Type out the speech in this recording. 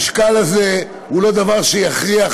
מכשיר השקילה הזה הוא לא דבר שיכריע,